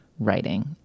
writing